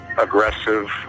aggressive